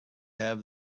have